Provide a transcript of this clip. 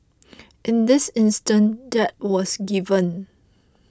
in this instance that was given